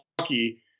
lucky